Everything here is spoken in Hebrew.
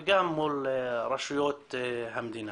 וגם מול רשויות המדינה.